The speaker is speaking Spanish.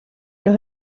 los